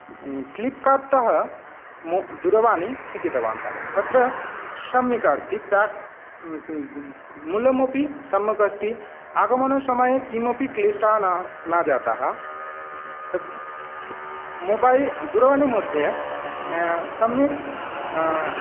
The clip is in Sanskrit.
फ्लिप्कार्ट् तः मो दूरवाणी स्वीकृतवान्तः तत्र सम्यक् अस्ति प्याक् मूलमपि सम्यग् अस्ति आगमनसमये किमपि क्लिष्टः न जातः तद् मोबै दूरवाणी मध्ये सम्यक्